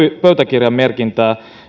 pöytäkirjamerkintää